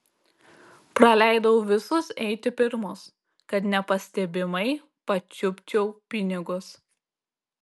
praleidau visus eiti pirmus kad nepastebimai pačiupčiau pinigus